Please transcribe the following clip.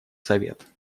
совет